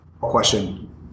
question